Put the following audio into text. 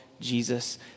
Jesus